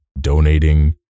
donating